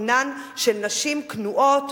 הינן של נשים כנועות,